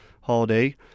holiday